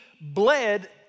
bled